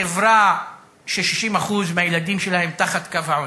חברה ש-60% מהילדים שלה הם תחת קו העוני,